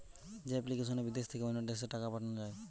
যে এপ্লিকেশনে বিদেশ থেকে অন্য দেশে টাকা পাঠান যায়